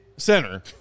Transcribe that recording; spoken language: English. center